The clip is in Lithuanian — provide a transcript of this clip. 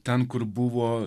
ten kur buvo